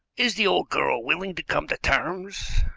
is the old girl willing to come to terms?